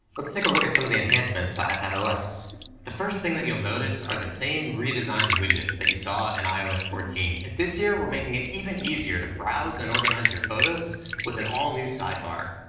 let's take a look at some of the enhancements to ipad os. the first thing that you'll notice are the same redesigned widgets that you saw in ios fourteen. and this year we're making it even easier to browse and organize your photos with an all new side bar.